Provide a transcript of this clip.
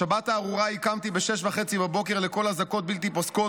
בשבת הארורה ההיא קמתי ב-06:30 לקול אזעקות בלתי פוסקות,